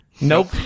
nope